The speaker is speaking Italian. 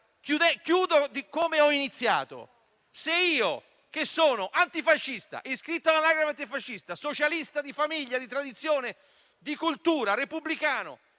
Chiudo come ho iniziato. Se io, che sono antifascista, iscritto all'anagrafe antifascista, socialista di famiglia, di tradizione e di cultura, repubblicano,